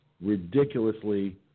ridiculously